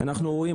אנחנו רואים,